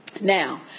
Now